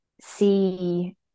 see